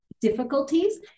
difficulties